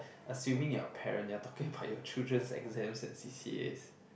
assuming you're a parent you're talking about your children's exams and c_c_as